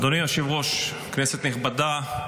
אדוני היושב-ראש, כנסת נכבדה,